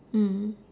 mm